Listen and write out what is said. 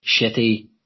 shitty